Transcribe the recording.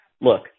Look